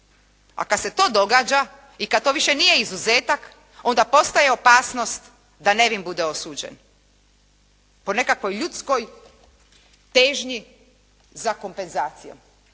a kad se to događa i kad to više nije izuzetak, onda postoji opasnost da nevin bude osuđen po nekakvoj ljudskoj težnji za kompenzacijom